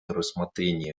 рассмотрение